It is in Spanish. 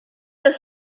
los